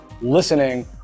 listening